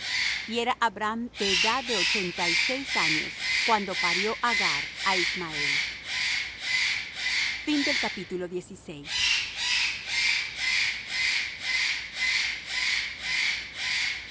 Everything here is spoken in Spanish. y era abram de edad de ochenta y seis años cuando parió agar á ismael y